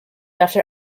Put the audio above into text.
after